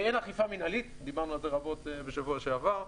אין אכיפה מינהלית, דיברנו על זה רבות בשבוע שעבר.